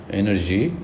energy